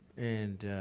and